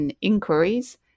inquiries